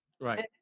Right